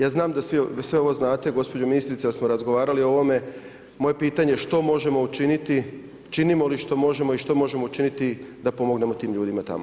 Ja znam, da sve ovo znate, gospođo ministrice, jer smo razgovarali o ovome, mo je pitanje, što možemo učiniti, činimo li što možemo i što možemo učiniti da pomognemo tim ljudima tamo?